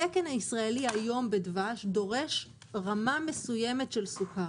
התקן הישראלי היום בדבש דורש רמה מסוימת של סוכר